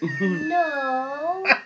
No